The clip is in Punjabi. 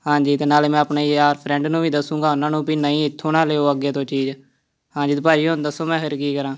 ਹਾਂਜੀ ਅਤੇ ਨਾਲੇ ਮੈਂ ਆਪਣੇ ਯਾਰ ਫਰੈਂਡ ਨੂੰ ਵੀ ਦੱਸੂੰਗਾ ਉਹਨਾਂ ਨੂੰ ਵੀ ਨਹੀਂ ਇੱਥੋਂ ਨਾ ਲਿਓ ਅੱਗੇ ਤੋਂ ਚੀਜ਼ ਹਾਂਜੀ ਅਤੇ ਭਾਅ ਜੀ ਹੁਣ ਦੱਸੋ ਮੈਂ ਫਿਰ ਕੀ ਕਰਾਂ